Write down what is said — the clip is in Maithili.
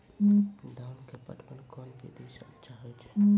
धान के पटवन कोन विधि सै अच्छा होय छै?